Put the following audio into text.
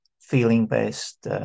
feeling-based